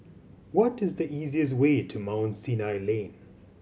what is the easiest way to Mount Sinai Lane